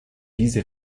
diese